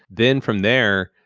then from there,